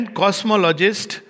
cosmologist